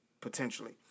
potentially